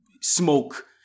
smoke